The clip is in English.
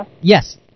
Yes